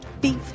Beef